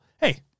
Hey